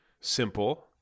simple